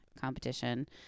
competition